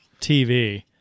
TV